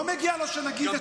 לא מגיע לו שנגיד את שמו.